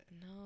No